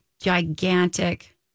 gigantic